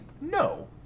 No